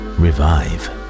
revive